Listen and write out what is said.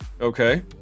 okay